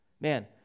Man